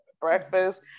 breakfast